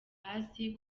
hasi